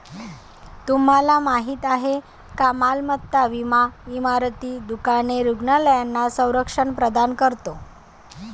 तुम्हाला माहिती आहे का मालमत्ता विमा इमारती, दुकाने, रुग्णालयांना संरक्षण प्रदान करतो